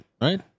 right